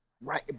Right